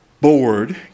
bored